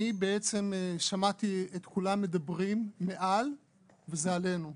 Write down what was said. שמעתי את כולם מדברים מעל וזה עלינו,